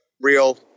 real